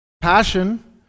Passion